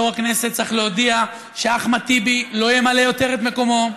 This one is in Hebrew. יו"ר הכנסת צריך להודיע שאחמד טיבי לא ימלא יותר את מקומו,